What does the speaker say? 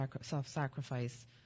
self-sacrifice